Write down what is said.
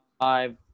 five